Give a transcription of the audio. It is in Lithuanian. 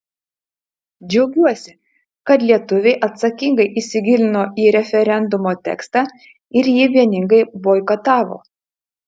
džiaugiuosi kad lietuviai atsakingai įsigilino į referendumo tekstą ir jį vieningai boikotavo